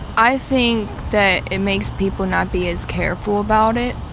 i think that it makes people not be as careful about it,